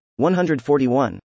141